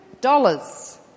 dollars